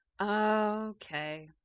Okay